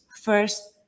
first